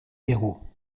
héros